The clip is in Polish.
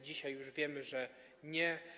Dzisiaj już wiemy, że nie.